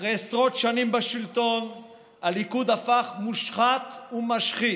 אחרי עשרות שנים בשלטון הליכוד הפך מושחת ומשחית.